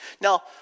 Now